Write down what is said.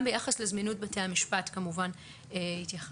גם ביחס לזמינות בתי המשפט כמובן התייחסנו.